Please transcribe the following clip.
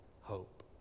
hope